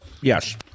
Yes